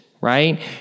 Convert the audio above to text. right